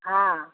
हँ